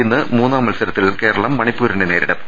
ഇന്ന് മൂന്നാം മത്സരത്തിൽ കേരളം മണി പ്പൂരിനെ നേരിടും